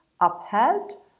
upheld